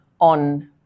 on